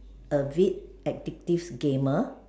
a bit addictive gamer